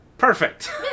Perfect